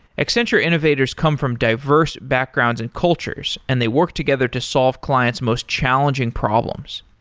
accenture innovators come from diverse backgrounds and cultures and they work together to solve client's most challenging problems.